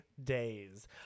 days